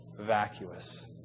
vacuous